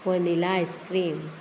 vanilla ice-cream